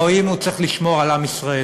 או שהוא צריך לשמור על עם ישראל?